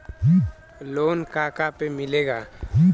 Loan का का पे मिलेला?